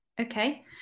okay